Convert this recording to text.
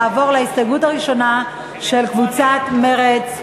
אנחנו נעבור להסתייגות הראשונה של קבוצת מרצ.